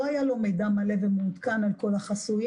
לא היה מידע מלא ומעודכן על כל החסויים.